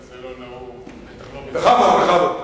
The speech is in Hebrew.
בכבוד.